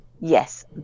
yes